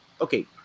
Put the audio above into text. okay